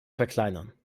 verkleinern